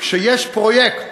כשיש פרויקט